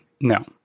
No